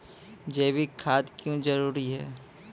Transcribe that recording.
जैविक खाद क्यो जरूरी हैं?